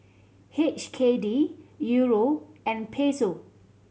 H K D Euro and Peso